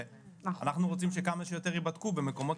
שאנחנו רוצים שכמה שיותר ייבדקו במקומות